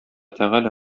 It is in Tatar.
тәгалә